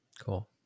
Cool